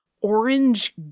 orange